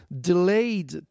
delayed